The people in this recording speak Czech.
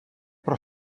pro